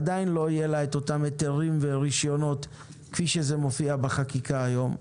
עדיין שלא יהיו לה אותם היתרים ורישיונות כפי שזה מופיע בחקיקה היום,